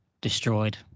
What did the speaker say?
destroyed